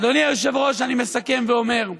אדוני היושב-ראש, אני מסכם ואומר: